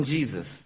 Jesus